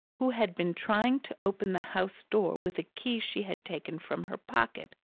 who had been trying to open the house-door with a key she had taken from her pocket,